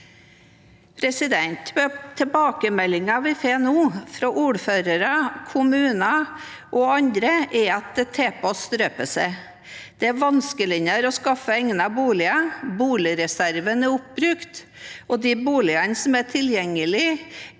til. Tilbakemeldinger vi nå får fra ordførere, kommuner og andre, er at det struper seg til. Det er vanskeligere å skaffe egnede boliger, boligreserven er oppbrukt, og de boligene som er tilgjengelige,